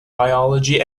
biology